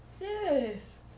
Yes